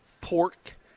pork